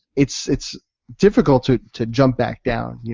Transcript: it's it's difficult to to jump back down. yeah